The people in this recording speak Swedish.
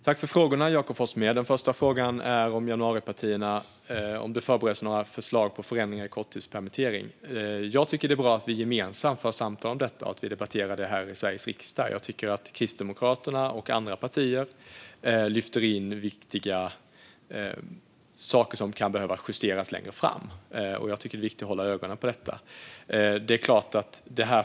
Fru talman! Jag tackar Jakob Forssmed för frågorna. Den första frågan gällde om januaripartierna har förberett förslag om förändringar i frågan om korttidspermittering. Jag tycker att det är bra att vi gemensamt för samtal om detta och debatterar frågan i Sveriges riksdag. Jag tycker att Kristdemokraterna och andra partier lyfter in viktiga saker som kan behöva justeras längre fram, och det är viktigt att hålla ögonen på dessa.